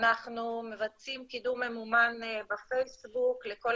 אנחנו מבצעים קידום ממומן בפייסבוק לכל